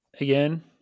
again